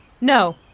No